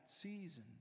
season